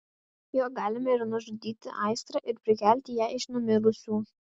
juo galime ir nužudyti aistrą ir prikelti ją iš numirusių